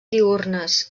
diürnes